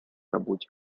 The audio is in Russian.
работе